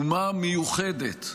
אומה מיוחדת,